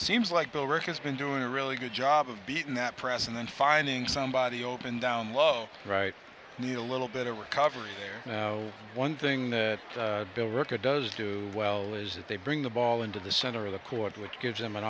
seems like bill reckons been doing a really good job of beating that press and then finding somebody open down low right knee a little bit of recovery there now one thing that bill record does do well is that they bring the ball into the center of the court which gives them an